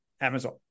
Amazon